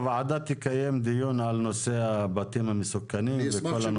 הוועדה תקיים דיון בנושא הבתים המסוכנים וכל הנושא הזה.